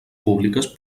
públiques